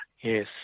Yes